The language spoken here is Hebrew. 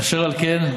ברשותך: אשר על כן,